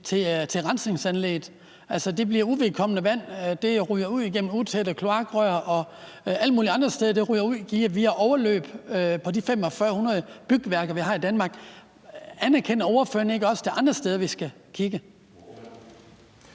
til rensningsanlægget. Det bliver uvedkommende vand; det ryger ud igennem utætte kloakrør og via overløb på de 4.500 bygværker, vi har i Danmark. Anerkender ordføreren ikke, at der også er andre områder, vi skal kigge